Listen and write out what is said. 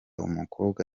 umukobwa